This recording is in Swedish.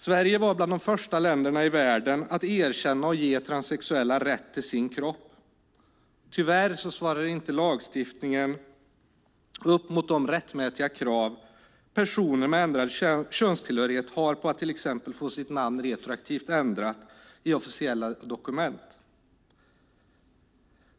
Sverige var bland de första länderna i världen att erkänna och ge transsexuella rätt till sin kropp. Tyvärr svarar inte lagstiftningen upp mot de rättmätiga krav personer med ändrad könstillhörighet har på att till exempel få sitt namn retroaktivt ändrat i officiella dokument.